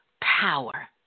power